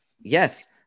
yes